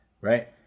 Right